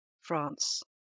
France